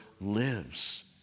lives